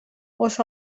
els